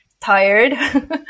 tired